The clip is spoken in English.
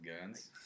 guns